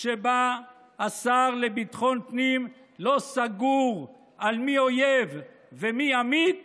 ממשלה שבה השר לביטחון פנים לא סגור על מי אויב ומי עמית